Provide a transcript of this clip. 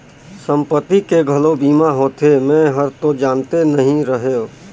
संपत्ति के घलो बीमा होथे? मे हरतो जानते नही रहेव